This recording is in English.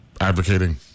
advocating